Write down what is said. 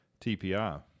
TPI